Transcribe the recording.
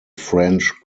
french